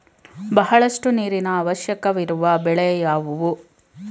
ಬಹಳಷ್ಟು ನೀರಿನ ಅವಶ್ಯಕವಿರುವ ಬೆಳೆ ಯಾವುವು?